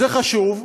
זה חשוב,